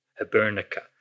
Hibernica